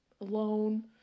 alone